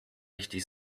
richtig